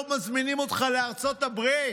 לא מזמינים אותך לארצות הברית.